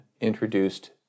introduced